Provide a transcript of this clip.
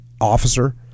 officer